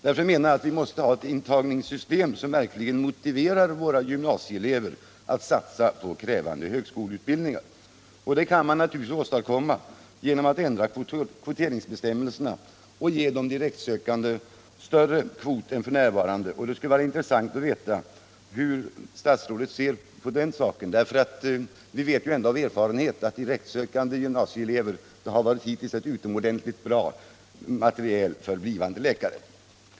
Därför menar jag att vi måste ha ett intagningssystem som verkligen motiverar våra gymnasieelever att satsa på krävande högskoleutbildningar. Det kan man naturligtvis åstadkomma genom att ändra kvoteringsbestämmelserna och ge de direktsökande större kvot än den nuvarande. Det skulle vara intressant att veta hur statsrådet ser på den saken. Vi vet av erfarenhet att direktsökande gymnasieelever hittills har utgjort ett utomordentligt bra material för blivande läkare.